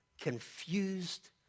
confused